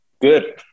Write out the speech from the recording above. good